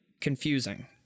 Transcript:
confusing